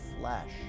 flesh